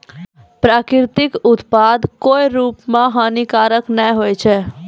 प्राकृतिक उत्पाद कोय रूप म हानिकारक नै होय छै